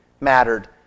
mattered